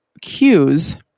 cues